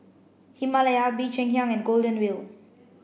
Himalaya Bee Cheng Hiang and Golden Wheel